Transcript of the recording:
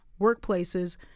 workplaces